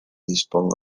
disponga